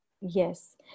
Yes